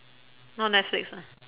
not netflix ah